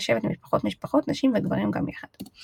מבחינה רוחנית והן מבחינה